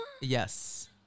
Yes